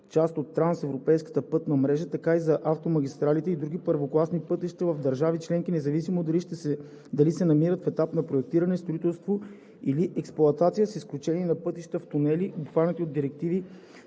част от трансевропейската пътна мрежа, така и за автомагистралите и други първокласни пътища в държавите членки, независимо дали се намират в етап на проектиране, строителство или експлоатация, с изключение на пътища в тунели, обхванати от Директива